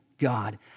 god